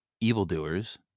evildoers